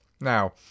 Now